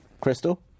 Crystal